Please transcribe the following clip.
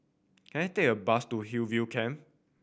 can I take a bus to Hillview Camp